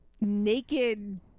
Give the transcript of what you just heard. naked